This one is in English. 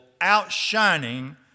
outshining